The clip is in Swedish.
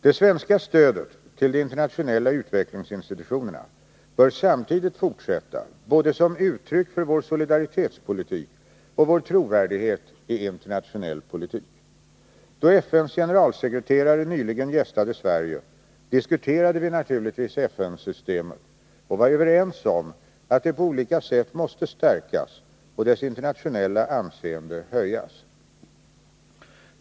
Det svenska stödet till de internationella utvecklingsinstitutionerna bör samtidigt fortsätta både som uttryck för vår solidaritetspolitik och med tanke på vår trovärdighet i internationell politik. Då FN:s generalsekreterare nyligen gästade Sverige diskuterade vi naturligtvis FN-systemet, och vi var överens om att det på olika sätt måste stärkas och dess internationella anseende höjas.